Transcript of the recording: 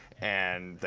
and, like,